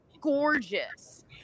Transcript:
gorgeous